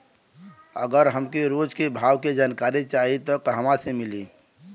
अगर हमके रोज के भाव के जानकारी चाही त कहवा से मिली?